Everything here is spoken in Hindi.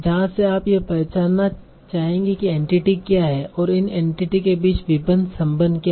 जहां से आप यह पहचानना चाहते हैं कि एंटिटी क्या हैं और इन एंटिटी के बीच विभिन्न संबंध क्या हैं